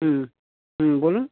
হুম হুম বলুন